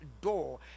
door